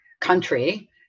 country